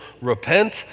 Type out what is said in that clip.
repent